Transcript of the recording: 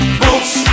boots